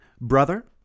Brother